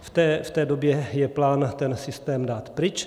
V té době je plán ten systém dát pryč.